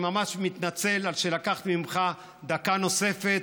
אני ממש מתנצל על שלקחתי ממך דקה נוספת,